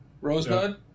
Rosebud